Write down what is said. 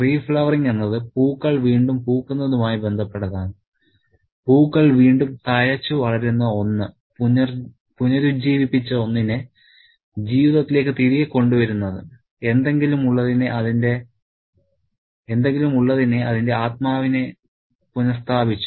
reflowering എന്നത് പൂക്കൾ വീണ്ടും പൂക്കുന്നതുമായി ബന്ധപ്പെട്ടതാണ് പൂക്കൾ വീണ്ടും തഴച്ചുവളരുന്ന ഒന്ന് പുനരുജ്ജീവിപ്പിച്ച ഒന്നിനെ ജീവിതത്തിലേക്ക് തിരികെ കൊണ്ടുവരുന്നത് എന്തെങ്കിലും ഉള്ളതിനെ അതിന്റെ ആത്മാവിനെ പുനഃസ്ഥാപിച്ചു